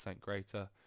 greater